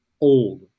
old